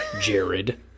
Jared